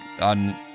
on